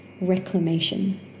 reclamation